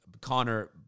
Connor